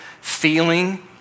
feeling